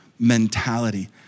mentality